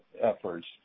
efforts